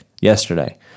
yesterday